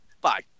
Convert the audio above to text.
Bye